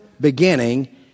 beginning